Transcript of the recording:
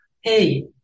hey